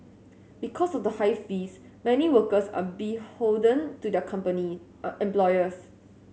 because of the high fees many workers are beholden to their company employers